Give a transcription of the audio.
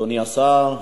אדוני השר,